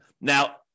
Now